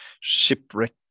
shipwreck